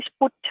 put